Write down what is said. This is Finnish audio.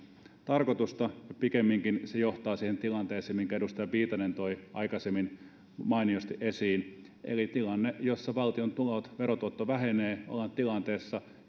tarkoitusta pikemminkin se johtaa siihen tilanteeseen minkä edustaja viitanen toi aikaisemmin mainiosti esiin eli tilanteeseen jossa valtion tulot verotuotto vähenee ollaan tilanteessa